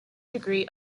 degree